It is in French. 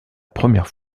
première